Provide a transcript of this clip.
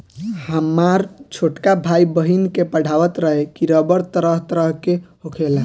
हामर छोटका भाई, बहिन के पढ़ावत रहे की रबड़ तरह तरह के होखेला